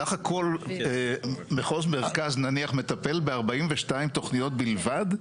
סך הכול מחוז מרכז נניח מטפל ב-42 תוכניות בלבד?